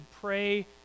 pray